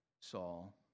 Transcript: Saul